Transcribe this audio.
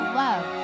love